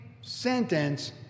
sentence